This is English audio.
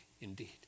indeed